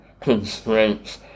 constraints